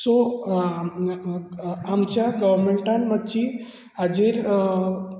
so आ आ आमच्या गोवर्नमेन्टान मातशी हाजेर